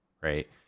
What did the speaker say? right